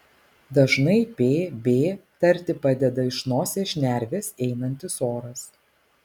dažnai p b tarti padeda iš nosies šnervės einantis oras